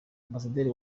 ambasaderi